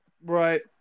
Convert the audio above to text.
Right